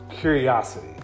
curiosity